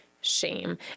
shame